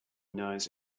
knows